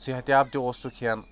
صحتیاب تہِ اوس سُہ کھٮ۪ن